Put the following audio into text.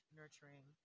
nurturing